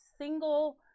single